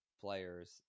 players